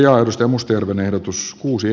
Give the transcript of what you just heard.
kari uotilan ehdotus kuusi